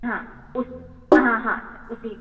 हाँ उस हाँ हाँ हाँ उसी में